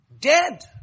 Dead